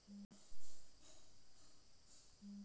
ಸಾಲ ಕಟ್ಟಲು ಇದೆ